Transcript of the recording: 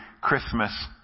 Christmas